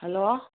hello